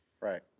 Right